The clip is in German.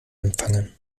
empfangen